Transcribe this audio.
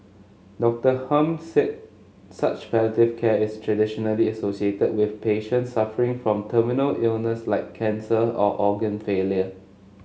Doctor Hum said such palliative care is traditionally associated with patients suffering from terminal illness like cancer or organ failure